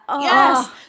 Yes